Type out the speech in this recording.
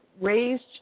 raised